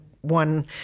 one